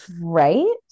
right